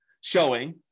showing